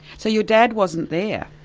so your dad wasn't there?